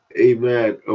amen